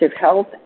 health